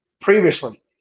previously